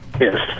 Yes